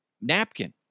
napkin